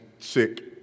sick